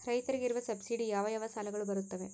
ರೈತರಿಗೆ ಇರುವ ಸಬ್ಸಿಡಿ ಯಾವ ಯಾವ ಸಾಲಗಳು ಬರುತ್ತವೆ?